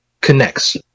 connects